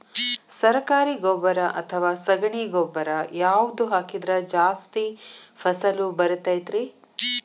ಸರಕಾರಿ ಗೊಬ್ಬರ ಅಥವಾ ಸಗಣಿ ಗೊಬ್ಬರ ಯಾವ್ದು ಹಾಕಿದ್ರ ಜಾಸ್ತಿ ಫಸಲು ಬರತೈತ್ರಿ?